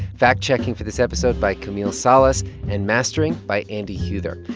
fact-checking for this episode by camille salas and mastering by andy huether.